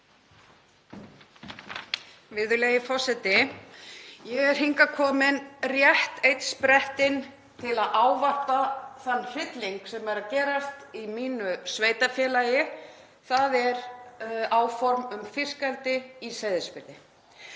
Virðulegi forseti. Ég er hingað komin rétt einn sprettinn til að ávarpa þann hrylling sem er að gerast í mínu sveitarfélagi, þ.e. áform um fiskeldi í Seyðisfirði.